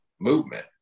movement